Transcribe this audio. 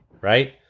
right